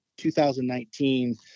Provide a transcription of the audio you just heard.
2019